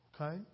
okay